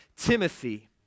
Timothy